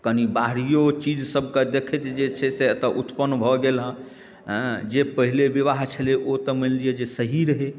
कनी बाहरियो चीज सबके देखैत जे छै से एतऽ उत्पन्न भऽ गेल हँ हँ जे पहिले बिवाह छलै ओ तऽ मानि लिऽ जे सही रहै